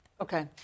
Okay